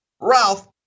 Ralph